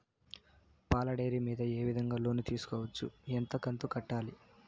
పాల డైరీ మీద ఏ విధంగా లోను తీసుకోవచ్చు? ఎంత కంతు కట్టాలి?